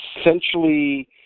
essentially